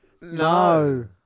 No